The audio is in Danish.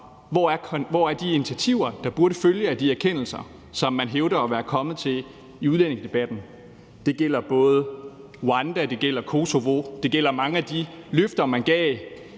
Hvor er de initiativer, der burde følge af de erkendelser, som man hævder at være kommet til i udlændingedebatten? Det gælder både Rwanda, og det gælder Kosovo, og det gælder mange af de løfter, man gav